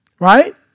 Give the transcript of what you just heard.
Right